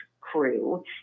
Crew